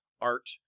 art